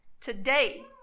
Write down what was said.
Today